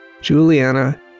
Juliana